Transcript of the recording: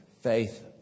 faith